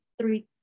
three